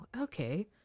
okay